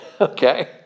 okay